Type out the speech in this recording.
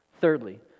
Thirdly